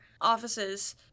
offices